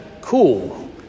Cool